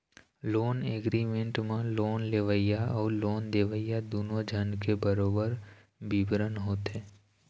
loan agreement म loan लेवइया अउ लोन देवइया दूनो झन के बरोबर बिबरन होथे